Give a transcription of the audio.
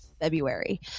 February